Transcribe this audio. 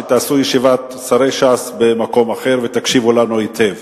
שתעשו ישיבת שרי ש"ס במקום אחר ותקשיבו לנו היטב.